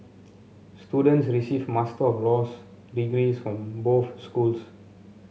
students receive Master of Laws degrees from both schools